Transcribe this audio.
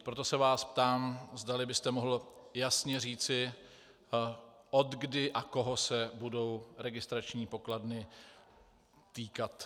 Proto se vás ptám, zdali byste mohl jasně říci, odkdy a koho se budou registrační pokladny týkat.